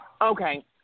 Okay